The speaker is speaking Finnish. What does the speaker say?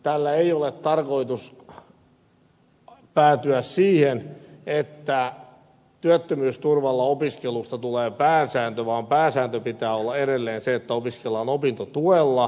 tällä ei ole tarkoitus päätyä siihen että työttömyysturvalla opiskelusta tulee pääsääntö vaan pääsäännön pitää olla edelleen se että opiskellaan opintotuella